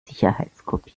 sicherheitskopie